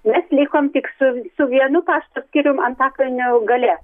mes likom tik su su vienu pašto skirium antakalnio gale